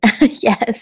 Yes